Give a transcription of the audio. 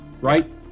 Right